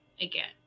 Again